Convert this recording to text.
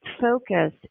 focus